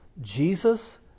Jesus